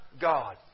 God